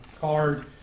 card